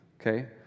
Okay